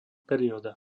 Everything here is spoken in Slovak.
perióda